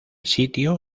sitio